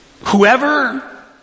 Whoever